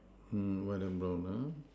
mm white and brown uh